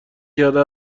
کرده